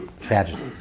tragedies